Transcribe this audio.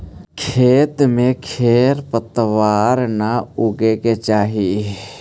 खेत में खेर पतवार न उगे के चाही